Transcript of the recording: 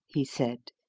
he said,